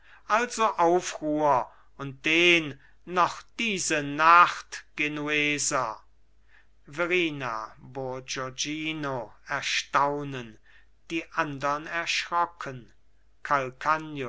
also aufruhr und den noch diese nacht genueser verrina bourgognino erstaunen die andern erschrocken